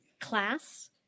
class